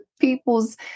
people's